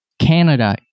Canada